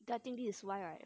ya I think this is why right